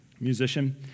musician